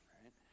right